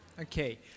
Okay